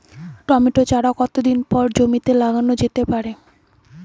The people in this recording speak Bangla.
টমেটো চারা কতো দিন পরে জমিতে লাগানো যেতে পারে?